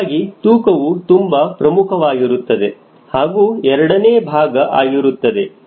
ಹೀಗಾಗಿ ತೂಕವು ತುಂಬಾ ಪ್ರಮುಖವಾಗಿರುತ್ತದೆ ಹಾಗೂ ಎರಡನೇ ಭಾಗ ಆಗಿರುತ್ತದೆ